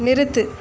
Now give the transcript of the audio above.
நிறுத்து